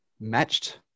matched